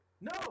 No